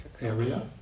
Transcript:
area